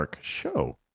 Show